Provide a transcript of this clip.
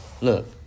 Look